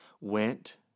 went